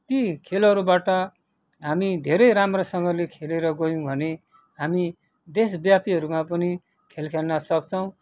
ती खेलहरूबाट हामी धेरै राम्रोसँगले खेलेर गयौँ भने हामी देशव्यापीहरूमा पनि खेल खेल्न सक्छौँ